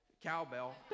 Cowbell